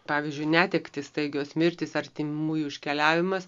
pavyzdžiui netektys staigios mirtys artimųjų iškeliavimas